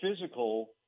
physical